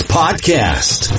podcast